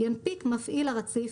ינפיק מפעיל הרציף,